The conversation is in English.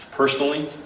Personally